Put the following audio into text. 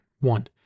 One